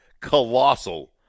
colossal